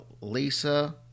Lisa